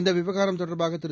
இந்தவிவகாரம் தொடர்பாகதிரு